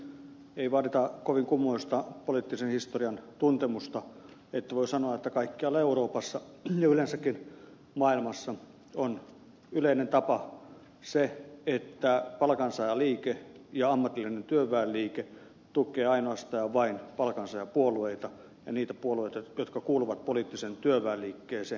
ei vaadita kovin kummoista poliittisen historian tuntemusta että voi sanoa että kaikkialla euroopassa ja yleensäkin maailmassa on yleinen tapa se että palkansaajaliike ja ammatillinen työväenliike tukee ainoastaan ja vain palkansaajapuolueita ja niitä puolueita jotka kuuluvat poliittiseen työväenliikkeeseen